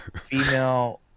Female